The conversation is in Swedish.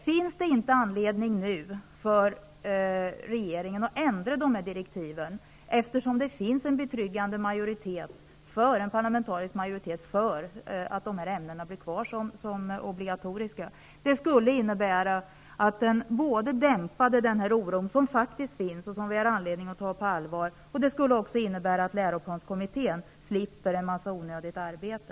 Finns det inte anledning för regeringen att nu ändra de här direktiven, eftersom det finns en betryggande parlamentarisk majoritet för att de här ämnena skall fortsätta att vara obligatoriska? Det skulle innebära både att den oro som faktiskt finns och som vi har anledning att ta på allvar dämpas och att läroplanskommittén slipper en massa onödigt arbete.